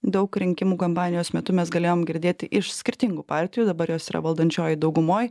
daug rinkimų kampanijos metu mes galėjom girdėti iš skirtingų partijų dabar jos yra valdančioj daugumoj